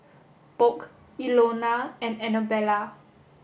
Polk Ilona and Anabella